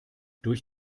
durch